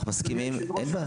אדוני היושב-ראש,